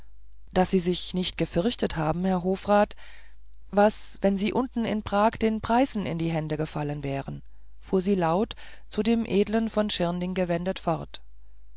daß sie sich nicht gefirchtet haben herr hofrat was wenn sie unten in prag den preißen in die hände gefallen wären fuhr sie laut zu dem edlen von schirnding gewendet fort